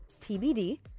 TBD